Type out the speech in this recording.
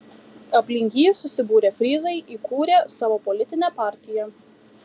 aplink jį susibūrę fryzai įkūrė savo politinę partiją